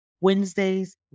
Wednesdays